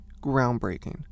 groundbreaking